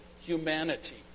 humanity